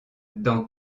dans